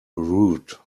rude